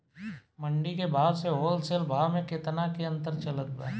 मंडी के भाव से होलसेल भाव मे केतना के अंतर चलत बा?